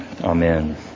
Amen